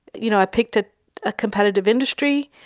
you know, i picked a ah competitive industry,